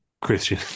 Christian